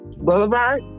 Boulevard